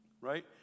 Right